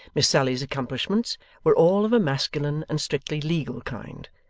miss sally's accomplishments were all of a masculine and strictly legal kind.